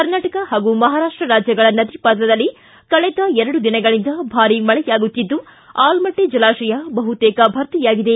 ಕರ್ನಾಟಕ ಹಾಗೂ ಮಹಾರಾಷ್ಟ ರಾಜ್ಯಗಳ ನದಿ ಪಾತ್ರದಲ್ಲಿ ಕಳೆದ ಎರಡು ದಿನಗಳಿಂದ ಭಾರಿ ಮಳೆಯಾಗುತ್ತಿದ್ದು ಆಲಮಟ್ಟಿ ಜಲಾಶಯ ಬಹುತೇಕ ಭರ್ತಿಯಾಗಿದೆ